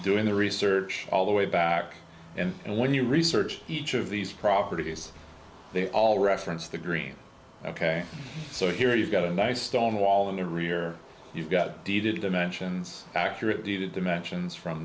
doing the research all the way back and when you research each of these properties they all reference the green ok so here you've got a nice stone wall in the rear you've got deeded dimensions accurately the dimensions from